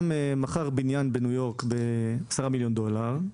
מכר בניין בניו יורק בעשרה מיליון דולר.